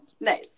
Nice